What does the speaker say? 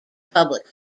public